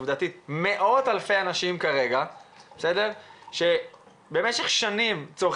עובדתית יש פה מאות אלפי אנשים שצורכים קנאביס במשך שנים,